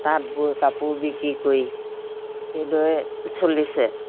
তাঁত বৈ কাপোৰ বিক্ৰী কৰি সেইদৰে চলিছে